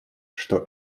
что